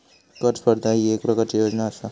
कर स्पर्धा ही येक प्रकारची योजना आसा